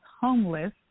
homeless